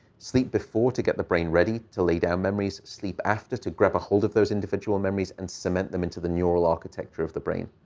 sleep before to get the brain ready to lay down memories, sleep after to grab a hold of those individual memories and cement them into the neural architecture of the brain.